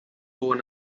sôn